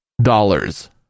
dollars